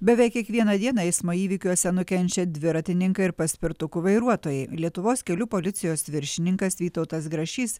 beveik kiekvieną dieną eismo įvykiuose nukenčia dviratininkai ir paspirtukų vairuotojai lietuvos kelių policijos viršininkas vytautas grašys